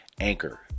anchor